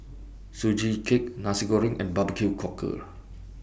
Sugee Cake Nasi Goreng and Barbecue Cockle